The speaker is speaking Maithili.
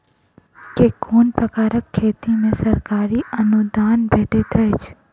केँ कुन प्रकारक खेती मे सरकारी अनुदान भेटैत अछि?